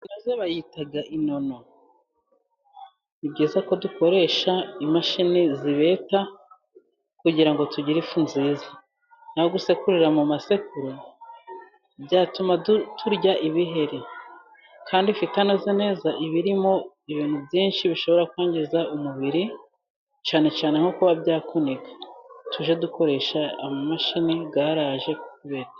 Ifu inoze bayita inono ni byiza ko dukoresha imashini zibeta kugira tugire ifu nziza, naho gusekurira mu masekuru; byatuma turya ibiheri kandi tutanuo neza ibirimo ibintu byinshi bishobora kwangiza umubiri cane cane no kuba bya kunika tuje dukoresha amamashinigararaje kubera.